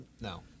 No